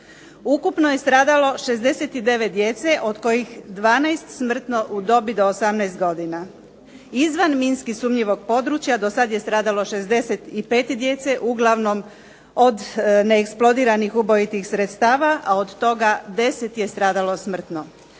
Ukupno je stradalo 69 djece, od kojih 12 smrtno u dobi do 18 godina. Izvan minski sumnjivog područja dosad je stradalo 65 djece, uglavnom od neeksplodiranih ubojitih sredstava, a od toga 10 je stradalo smrtno.